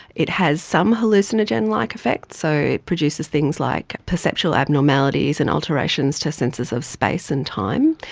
it has some hallucinogen-like effects, so it produces things like perceptual abnormalities and alterations to senses of space and time.